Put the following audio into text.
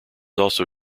also